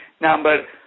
Number